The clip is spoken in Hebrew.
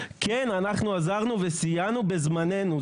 כן אנחנו עזרנו וסייענו בזמננו,